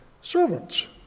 servants